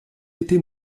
été